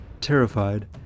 terrified